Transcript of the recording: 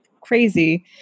crazy